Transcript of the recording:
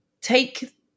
take